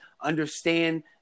understand